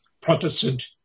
Protestant